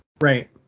right